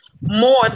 more